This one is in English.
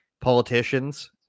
politicians